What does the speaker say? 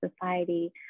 society